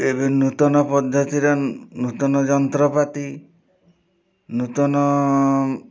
ଏବେ ନୂତନ ପଦ୍ଧତିର ନୂତନ ଯନ୍ତ୍ରପାତି ନୂତନ